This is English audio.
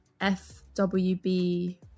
fwb